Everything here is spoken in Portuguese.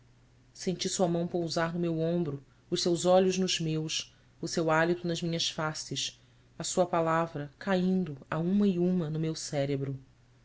senti sua mão pousar no meu ombro os seus olhos nos meus o seu hálito nas minhas faces a sua palavra caindo a uma e uma no meu cérebro